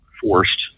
forced